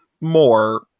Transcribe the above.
more